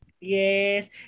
Yes